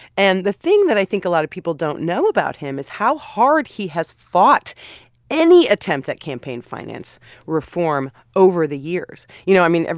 and the thing that i think a lot of people don't know about him is how hard he has fought any attempt at campaign finance reform over the years. you know, i mean,